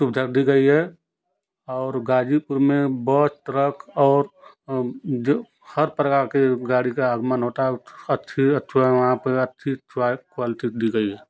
सुविधा दी गई है और गाज़ीपुर में बस ट्रक और हर प्रकार की गाड़ी का आगमन होता है अच्छी अच्छी वहाँ पर अच्छी क्वालिटी दी गई है